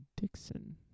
dixon